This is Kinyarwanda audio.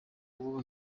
ubu